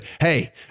hey